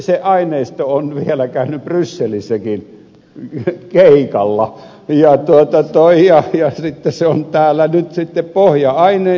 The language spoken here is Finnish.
se aineisto on vielä käynyt brysselissäkin keikalla ja sitten se on täällä nyt pohja aineistona